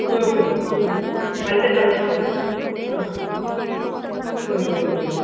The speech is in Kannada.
ಹ್ಞೂ ಹ್ಞೂ ಹ್ಞೂ ಹ್ಞೂ ಅಳತೆ ಕಳಸ್ತೀವಿ ಹಾಂ ಹಾಂ ಹ್ಞೂ ಹ್ಞೂ ಹ್ಞೂ